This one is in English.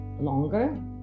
Longer